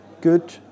good